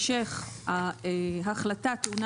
אחרי סעיף 2טז יבוא: "הוראות לעניין